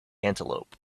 antelope